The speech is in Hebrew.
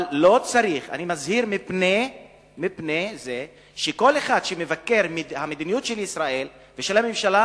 אבל אני מזהיר מפני זה שכל אחד שמבקר את המדיניות של ישראל ושל הממשלה,